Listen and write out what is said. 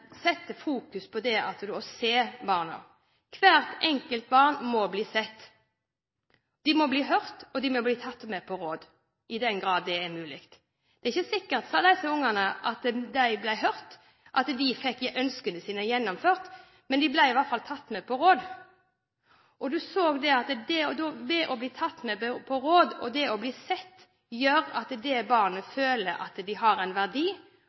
på det å se barna. Hvert enkelt barn må bli sett. De må bli hørt og tatt med på råd i den grad det er mulig. Det er ikke sikkert, sa disse barna, at de ble hørt, eller at de fikk ønskene sine gjennomført – men de ble i alle fall tatt med på råd. Man kunne se at det å bli tatt med på råd og å bli sett gjorde at barna følte at de hadde en verdi.